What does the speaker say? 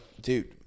Dude